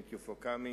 Thank you for coming.